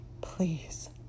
Please